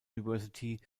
university